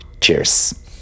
Cheers